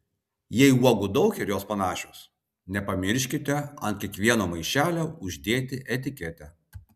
jei uogų daug ir jos panašios nepamirškite ant kiekvieno maišelio uždėti etiketę